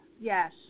yes